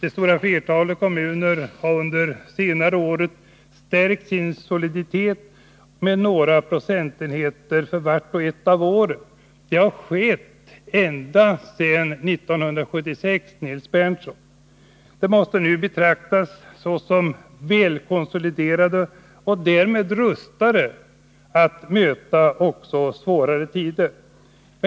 Det stora flertalet kommuner har under senare år stärkt sin soliditet med några procentenheter för vart och ett av åren. Det har skett ända sedan 1976, Nils Berndtson. De måste nu betraktas som väl konsoliderade och därvid rustade att möta också svårare tider.